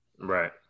Right